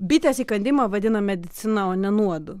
bitės įkandimą vadina medicina o ne nuodu